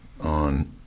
on